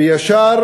וישר